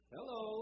Hello